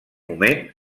moment